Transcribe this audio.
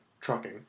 trucking